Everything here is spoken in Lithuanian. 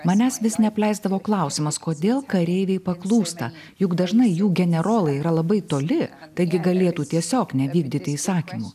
manęs vis neapleisdavo klausimas kodėl kareiviai paklūsta juk dažnai jų generolai yra labai toli taigi galėtų tiesiog nevykdyti įsakymų